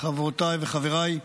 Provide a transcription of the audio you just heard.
חברותיי וחבריי,